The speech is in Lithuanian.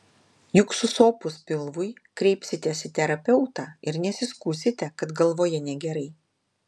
juk susopus pilvui kreipsitės į terapeutą ir nesiskųsite kad galvoje negerai